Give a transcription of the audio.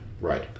Right